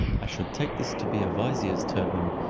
i should take this to be a vizier's turban,